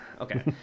Okay